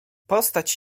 postać